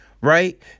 right